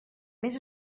més